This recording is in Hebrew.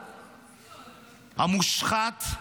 המושחת,